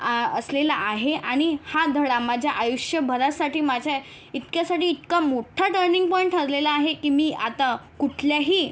असलेला आहे आणि हा धडा माझ्या आयुष्यभरासाठी माझ्या इतक्यासाठी इतका मोठा टर्निंग पॉईंट ठरलेला आहे की मी आता कुठल्याही